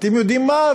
אתם יודעים מה?